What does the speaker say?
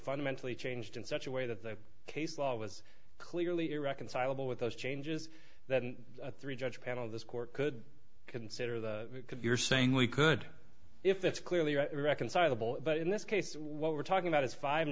fundamentally changed in such a way that the case law was clearly irreconcilable with those changes then a three judge panel this court could consider that could you're saying we could if that's clearly irreconcilable but in this case what we're talking about is five